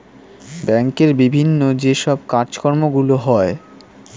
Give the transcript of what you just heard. ব্যাংকের বিভিন্ন যে সব কাজকর্মগুলো হয়